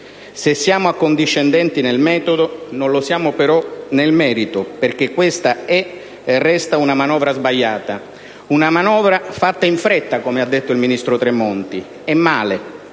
Se siamo accondiscendenti nel metodo, non lo siamo, però, nel merito, perché questa è e resta una manovra sbagliata; una manovra fatta in fretta, come ha detto il ministro Tremonti, e male.